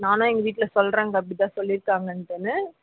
நானும் எங்கள் வீட்டில் சொல்லுறேக்கா அப்படி தான் சொல்லிருக்காங்கட்டுன்னு